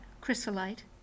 chrysolite